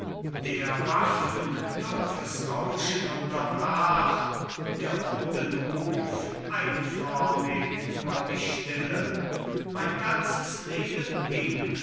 der waffen dumpfes rauschen unterbrach der runden ruf einförmig nur die stille mein ganzes leben ging